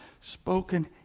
spoken